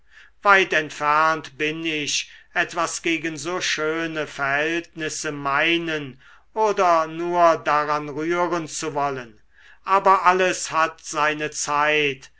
weit entfernt bin ich etwas gegen so schöne verhältnisse meinen oder nur daran rühren zu wollen aber alles hat seine zeit